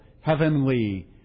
heavenly